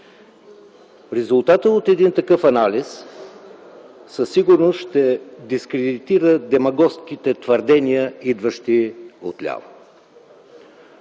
Резултатът от един такъв анализ със сигурност ще дискредитира демагогските твърдения, идващи отляво.